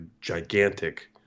gigantic